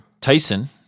Tyson